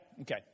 okay